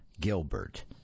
Gilbert